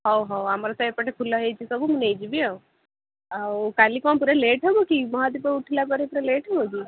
ହେଉ ହେଉ ଆମର ତ ଏପଟେ ଫୁଲ ହେଇଛି ସବୁ ମୁଁ ନେଇଯିବି ଆଉ ଆଉ କାଲି କ'ଣ ପୁରା ଲେଟ୍ ହେବ କି ମହାଦୀପ ଉଠିଲା ପରେ ପୁରା ଲେଟ୍ ହେବ କି